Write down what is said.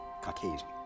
Caucasian